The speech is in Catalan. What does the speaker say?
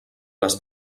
les